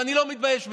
ואני לא מתבייש בזה,